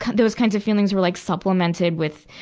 those kinds of feelings were like supplemented with,